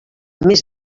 més